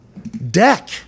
deck